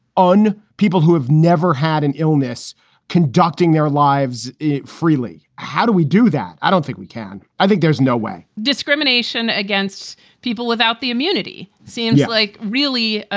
on people who have never had an illness conducting their lives freely. how do we do that? i don't think we can i think there's no way discrimination against people without the immunity seems like. really? ah